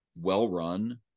well-run